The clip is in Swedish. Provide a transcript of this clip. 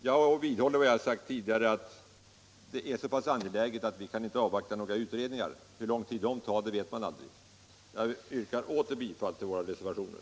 Jag vidhåller vad jag sagt tidigare att detta är så pass angeläget att vi inte kan avvakta några utredningar. Hur lång tid sådana tar det vet man aldrig. Jag yrkar åter bifall till våra reservationer.